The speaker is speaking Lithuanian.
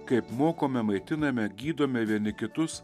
kaip mokome maitiname gydome vieni kitus